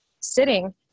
sitting